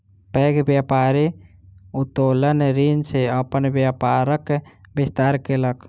पैघ व्यापारी उत्तोलन ऋण सॅ अपन व्यापारक विस्तार केलक